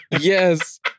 Yes